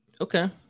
Okay